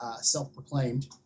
self-proclaimed